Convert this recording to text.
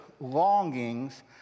longings